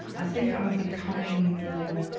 i think i'm becoming more